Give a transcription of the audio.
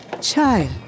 Child